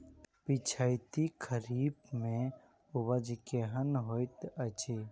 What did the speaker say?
पिछैती खरीफ मे उपज केहन होइत अछि?